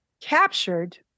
captured